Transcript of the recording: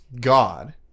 God